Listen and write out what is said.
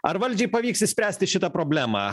ar valdžiai pavyks išspręsti šitą problemą